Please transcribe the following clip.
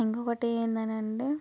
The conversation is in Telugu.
ఇంకొకటి ఏంటి అనంటే